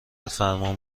فرمان